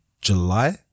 July